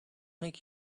make